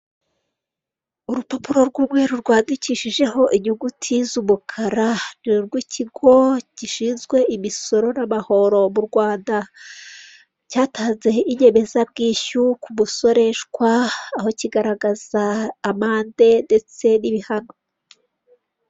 Urupapuro rw'umweru rwandikishijeho inyuguti z'umukara, ni urw'ikigo gishinzwe imisoro n'amahoro mu Rwanda cyatanze inyemezabwishyu ku musoreshwa aho kigaragaza amande ndetse n'ibihano.